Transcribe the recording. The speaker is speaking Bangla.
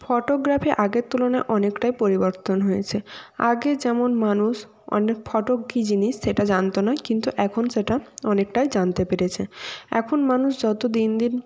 ফটোগ্রাফি আগের তুলনায় অনেকটাই পরিবর্তন হয়েছে আগে যেমন মানুষ অনেক ফটো কী জিনিস সেটা জানতো না কিন্তু এখন সেটা অনেকটাই জানতে পেরেছে এখন মানুষ যত দিন দিন